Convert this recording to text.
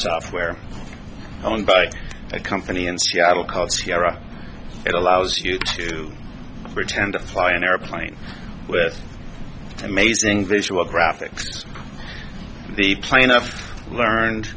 software owned by a company in seattle called sierra that allows you to pretend to fly an airplane with amazing visual graphics the plaintiff learned